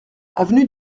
avenue